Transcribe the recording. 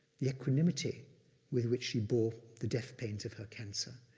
the equanimity with which she bore the death pains of her cancer.